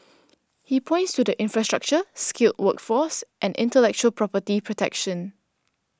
he points to the infrastructure skilled workforce and intellectual property protection